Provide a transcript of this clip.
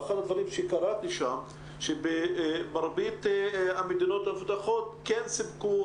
קראתי שבמרבית המדינות המפותחות כן סיפקו